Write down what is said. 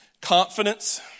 confidence